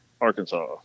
Arkansas